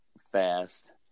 fast